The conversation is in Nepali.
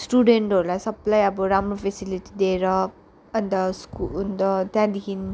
स्टुडेन्टहरूलाई सबलाई अब राम्रो फेसिलिटीहरू दिएर अन्त स्कुल द त्यहाँदेखि